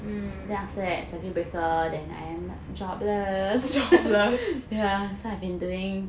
mm jobless